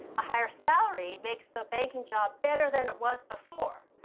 a higher salary makes the banking job better than it was before,